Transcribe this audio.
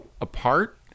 apart